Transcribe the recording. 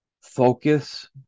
focus